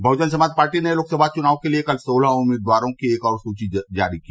बहुजन Samaj party ने लोकसभा चुनाव के लिए कल सोलह उम्मीदवारों की एक और सूची जारी की